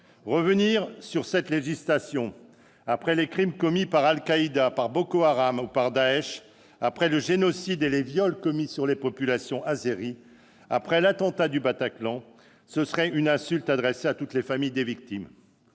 Revenir sur cette législation après les crimes commis par Al-Qaïda, par Boko Haram ou par Daech, après le génocide et les viols commis sur les populations azéries, après l'attentat du Bataclan serait une insulte adressée à toutes les familles des victimes.